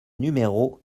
numéro